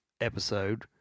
episode